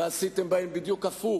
ועשיתם בהם בדיוק ההיפך